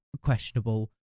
questionable